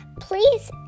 please